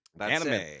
Anime